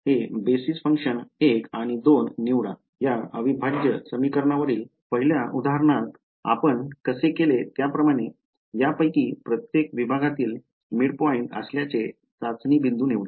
हे basis function १ आणि २ निवडा या अविभाज्य समीकरणांवरील पहिल्या उदाहरणात आपण कसे केले त्याप्रमाणे यापैकी प्रत्येक विभागातील मिडपॉइंट असल्याचे चाचणी बिंदू निवडा